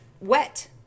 wet